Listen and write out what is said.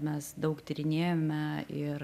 mes daug tyrinėjome ir